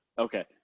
Okay